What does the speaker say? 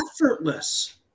effortless